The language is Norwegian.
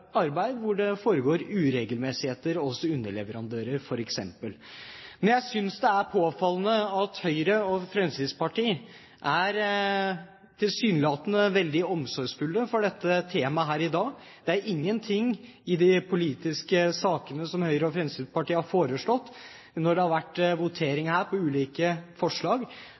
arbeid hvor det foregår uregelmessigheter hos underleverandører, f.eks. Jeg synes det er påfallende at Høyre og Fremskrittspartiet i dag tilsynelatende er veldig omsorgsfulle overfor dem som dette temaet gjelder. Det er ingenting i de politiske sakene som Høyre og Fremskrittspartiet har foreslått, som når det har vært votering her over ulike forslag,